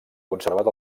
conservat